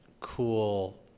cool